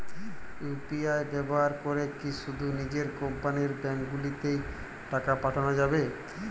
UPI ব্যবহার করে কি শুধু নিজের কোম্পানীর ব্যাংকগুলিতেই টাকা পাঠানো যাবে?